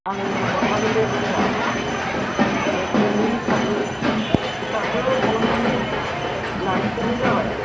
आं हरफागोन दे फैसा जायखिजाया नों हिसाबखो हिसाबखो खालामनानै लाखिबानो जाबाय